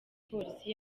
polisi